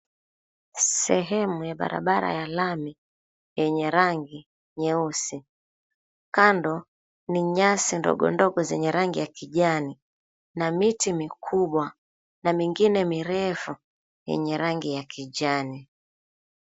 Sehemu ya barabara ya lami yenye rangi nyeusi kando ni nyasi ndogo ndogo kijani na miti mikubwa na mingine mirefu yenye rangi ya kijani.